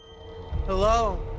Hello